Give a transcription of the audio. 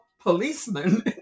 policeman